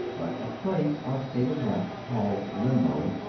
but a place or state of rest called limbo,